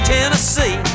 Tennessee